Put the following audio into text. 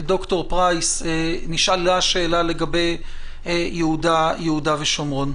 ד"ר פרייס, נשאלה שאלה לגבי יהודה ושומרון.